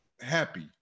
happy